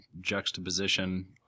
juxtaposition